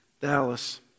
Dallas